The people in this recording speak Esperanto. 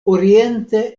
oriente